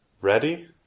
ready